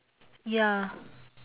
ya